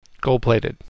Gold-plated